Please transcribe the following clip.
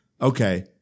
okay